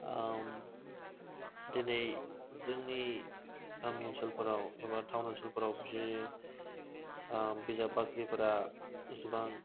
दिनै जोंनि गामि ओनसोलाफोराव एबा टाउन ओनसोलफोराव बियो बिजाब बाख्रिफोरा एसेबां